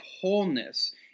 wholeness